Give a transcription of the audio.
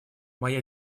моя